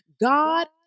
God